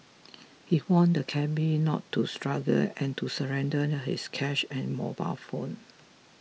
he warned the cabby not to struggle and to surrender and his cash and mobile phone